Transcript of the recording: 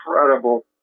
incredible